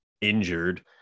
injured